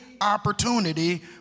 opportunity